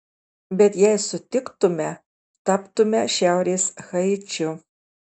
bet jei sutiktume taptume šiaurės haičiu